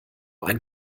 ein